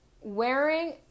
Wearing